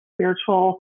Spiritual